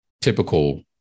typical